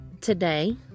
today